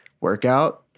workout